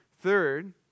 Third